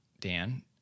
Dan